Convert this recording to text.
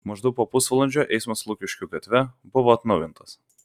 maždaug po pusvalandžio eismas lukiškių gatve buvo atnaujintas